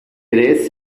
ere